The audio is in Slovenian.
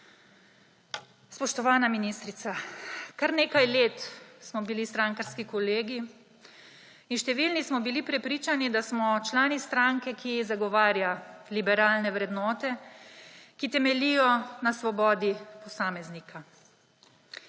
Spoštovana ministrica, kar nekaj let smo bili strankarski kolegi in številni smo bili prepričani, da smo člani stranke, ki zagovarja liberalne vrednote, ki temeljijo na svobodi posameznika.